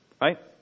Right